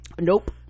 nope